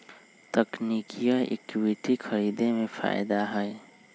तकनिकिये इक्विटी खरीदे में फायदा हए